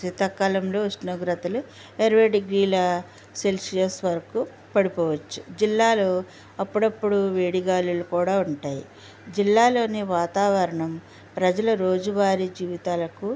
శీతాకాలంలో ఉష్ణోగ్రతలు ఇరవై డిగ్రీల సెల్సియస్ వరకు పడిపోవచ్చు జిల్లాలో అప్పుడప్పుడు వేడి గాలులు కూడా ఉంటాయి జిల్లాలోని వాతావరణం ప్రజల రోజూ వారి జీవితాలకు